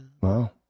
Wow